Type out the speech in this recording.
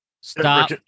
Stop